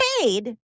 paid